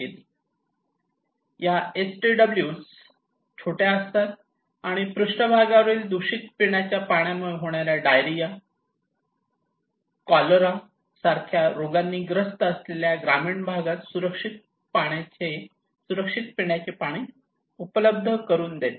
या STW's छोट्या असतात आणि पृष्ठभागावरील दुषित पिण्याच्या पाण्यामुळे होणाऱ्या डायरिया कोलेरा सारख्या रोगांनी ग्रस्त असलेल्या ग्रामीण भागात सुरक्षित पिण्याचे पाणी उपलब्ध करून देतात